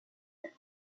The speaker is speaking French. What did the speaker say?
heart